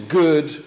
good